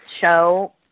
show